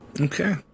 okay